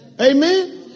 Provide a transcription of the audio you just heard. Amen